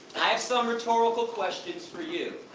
i have some rhetorical questions for you.